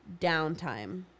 downtime